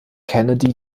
kennedy